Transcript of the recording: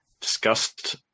discussed